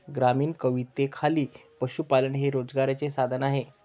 ग्रामीण कवितेखाली पशुपालन हे रोजगाराचे साधन आहे